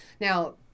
Now